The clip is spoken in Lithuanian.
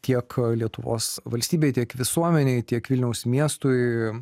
tiek lietuvos valstybei tiek visuomenei tiek vilniaus miestui